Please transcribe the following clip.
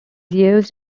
used